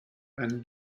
van